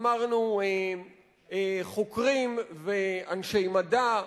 אמרנו חוקרים ואנשי מדע,